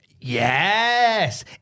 Yes